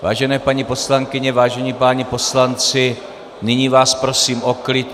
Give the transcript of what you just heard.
Vážené paní poslankyně, vážení páni poslanci, nyní vás prosím o klid!